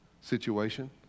situation